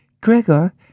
Gregor